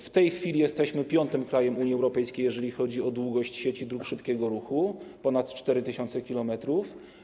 W tej chwili jesteśmy piątym krajem Unii Europejskiej, jeżeli chodzi o długość sieci dróg szybkiego ruchu, ponad 4 tys. km.